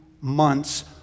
months